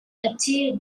achieved